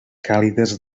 càlides